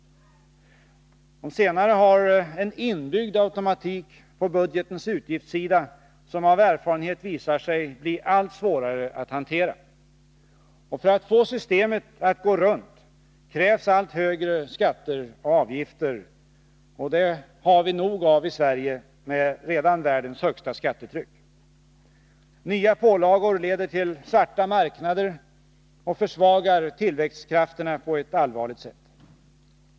De senare har en inbyggd automatik för att påverka budgetens utgiftssida, som av erfarenhet visar sig bli allt svårare att hantera. För att få systemet att ”gå runt” krävs då allt högre skatter och avgifter, och det har vi nog av i Sverige med ett skattetryck som redan nu är världens högsta. Nya pålagor leder till svarta marknader och försvagar tillväxtkraften på ett allvarligt sätt.